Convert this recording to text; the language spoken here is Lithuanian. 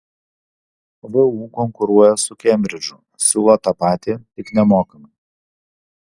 vu konkuruoja su kembridžu siūlo tą patį tik nemokamai